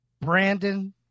Brandon